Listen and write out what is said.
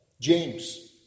James